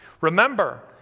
Remember